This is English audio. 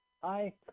Hi